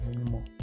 anymore